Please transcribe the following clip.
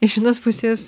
iš vienos pusės